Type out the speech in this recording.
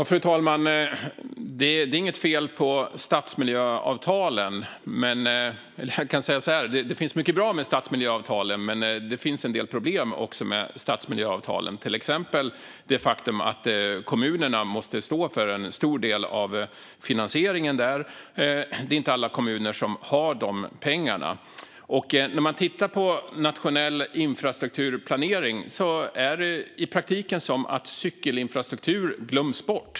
Fru talman! Det finns mycket bra med stadsmiljöavtalen. Men det finns också en del problem med stadsmiljöavtalen. Det gäller till exempel det faktum att kommunerna måste stå för en stor del av finansieringen. Det är inte alla kommuner som har de pengarna. När man tittar på nationell infrastrukturplanering ser man att det är som att cykelinfrastruktur i praktiken glöms bort.